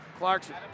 Clarkson